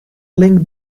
link